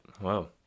Wow